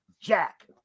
Jack